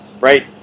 Right